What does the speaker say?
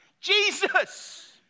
Jesus